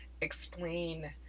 explain